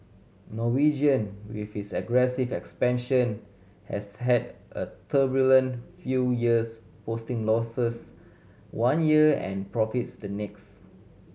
Norwegian with its aggressive expansion has had a turbulent few years posting losses one year and profits the next